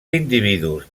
individus